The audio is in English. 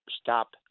stop